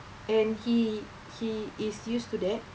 and he he is used to that